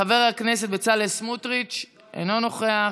חבר הכנסת בצלאל סמוטריץ' אינו נוכח,